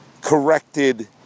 corrected